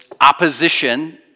opposition